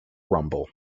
rumble